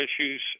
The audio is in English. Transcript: issues